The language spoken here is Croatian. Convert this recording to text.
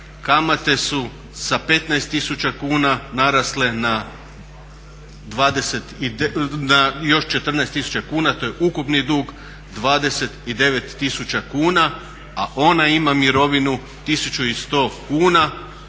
kamate su sa 15 tisuća kuna narasle na još 14 tisuća kuna, to je ukupni dug 29 tisuća kuna a ona ima mirovinu 1100 kuna.